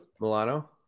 Milano